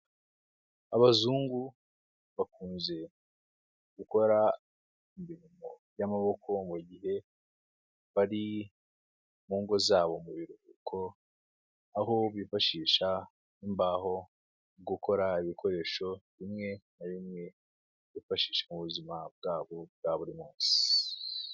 Abazungu bakunze gukora imirimo y'amaboko mu gihe bari mu ngo zabo mu biruhuko aho bifashisha imbaho gukora ibikoresho bimwe na bimwe bifashisha mu buzima bwabo bwa buri munsi.